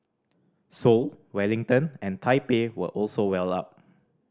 Seoul Wellington and Taipei were also well up